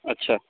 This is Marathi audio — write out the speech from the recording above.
अच्छा